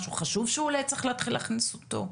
משהו חשוב שאולי צריך להתחיל להכניס אותו?